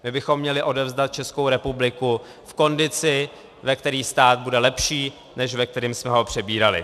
My bychom měli odevzdat Českou republiku v kondici, ve které stát bude lepší, než ve které jsme ho přebírali.